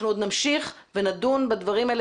אנחנו עוד נמשיך ונדון בדברים האלה